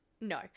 No